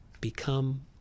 become